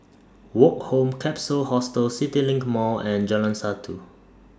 Woke Home Capsule Hostel CityLink Mall and Jalan Satu